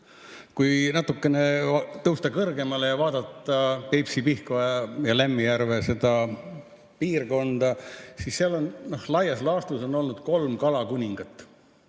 Kui natukene tõusta kõrgemale ja vaadata Peipsi-Pihkva ja Lämmijärve piirkonda, siis seal on laias laastus olnud kolm kalakuningat.